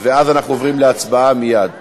ואז אנחנו עוברים מייד להצבעה.